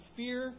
fear